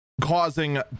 causing